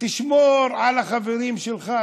תשמור על החברים שלך,